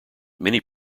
many